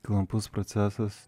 klampus procesas